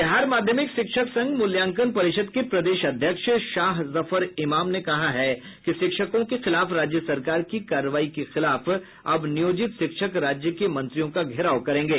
बिहार माध्यमिक शिक्षक संघ मूल्यांकन परिषद् के प्रदेश अध्यक्ष शाहजफर इमाम ने कहा है कि शिक्षकों के खिलाफ राज्य सरकार की कार्रवाई के खिलाफ अब नियोजित शिक्षक राज्य के मंत्रियों का घेराव करेंगे